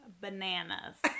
bananas